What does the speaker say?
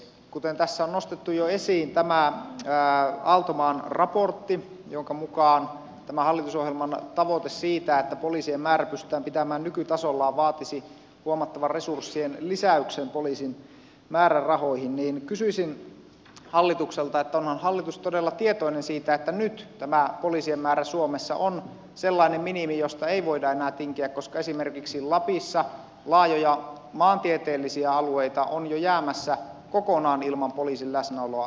kuten tässä on nostettu jo esiin tämä aaltomaan raportti jonka mukaan tämä hallitusohjelman tavoite siitä että poliisien määrä pystytään pitämään nykytasollaan vaatisi huomattavan resurssien lisäyksen poliisin määrärahoihin kysyisin hallitukselta onhan hallitus todella tietoinen siitä että nyt tämä poliisien määrä suomessa on sellainen minimi josta ei voida enää tinkiä koska esimerkiksi lapissa laajoja maantieteellisiä alueita on jo jäämässä kokonaan ilman poliisin läsnäoloa